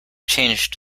changed